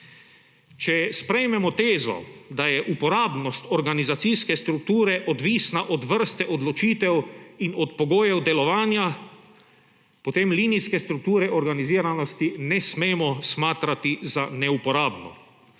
Če sprejmemo tezo, da je uporabnost organizacijske strukture odvisna od vrste odločitev in od pogojev delovanja, potem linijske strukture organiziranosti ne smemo smatrati za neuporabno.